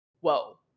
whoa